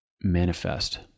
manifest